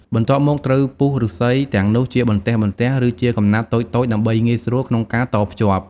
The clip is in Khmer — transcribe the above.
បន្ទាប់មកត្រូវពុះឬស្សីទាំងនោះជាបន្ទះៗ ឬជាកំណាត់តូចៗដើម្បីងាយស្រួលក្នុងការតភ្ជាប់។